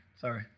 Sorry